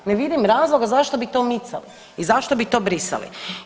Ne vidim razloga zašto bi to micali i zašto bi to brisali.